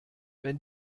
wenn